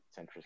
centrist